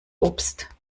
obst